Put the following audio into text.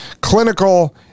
clinical